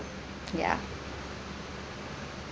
ya